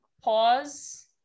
pause